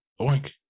oink